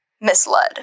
misled